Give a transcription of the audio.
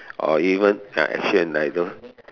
or even action like those